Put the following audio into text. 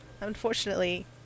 Unfortunately